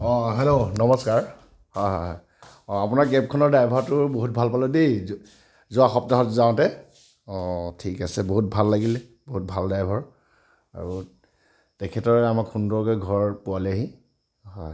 অঁ হেল্ল' নমস্কাৰ হয় হয় অঁ আপোনাৰ কেবখনৰ ড্ৰাইভাৰটো বহুত ভাল পালোঁ দেই যোৱা সপ্তাহত যাওঁতে অঁ ঠিক আছে বহুত ভাল লাগিল বহুত ভাল ড্ৰাইভাৰ আৰু তেখেতে আমাক সুন্দৰকৈ ঘৰ পোৱালেহি হয়